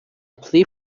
plea